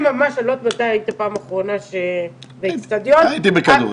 אני לא יודעת מתי בפעם האחרונה היית באצטדיון- -- הייתי בכדורגל.